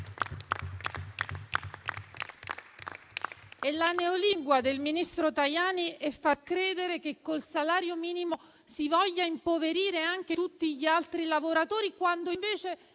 La neolingua del ministro Tajani fa credere che col salario minimo si vogliano impoverire anche tutti gli altri lavoratori, quando invece